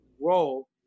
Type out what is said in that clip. role